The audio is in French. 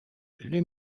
les